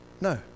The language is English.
No